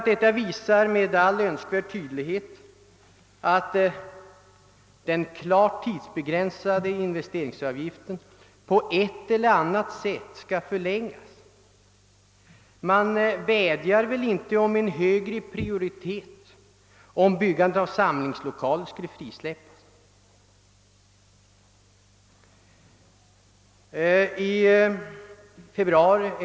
Detta visar med all önskvärd tydlighet att den klart tidsbegränsade investeringsavgiften på ett eller annat sätt skall förlängas. Man vädjar väl inte om högre prioritet, om byggandet av samlingslokaler skall frisläppas?